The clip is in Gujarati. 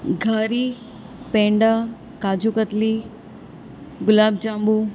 ઘારી પેંડા કાજુ કતલી ગુલાબ જાંબુ